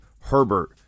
Herbert